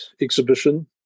exhibition